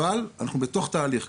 אבל אנחנו כבר בתוך תהליך.